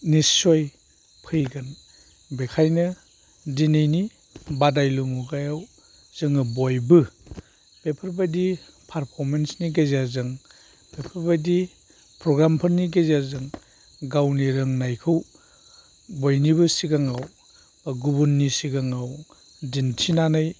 निसस्य फैगोन बेनिखायनो दिनैनि बादायलु मुगायाव जोङो बयबो बेफोरबायदि पारफ'रमेन्सनि गेजेरजों बेफोरबायदि प्रग्रामफोरनि गेजेरजों गावनि रोंनायखौ बयनिबो सिगाङाव बा गुबुननि सिगाङाव दिन्थिनानै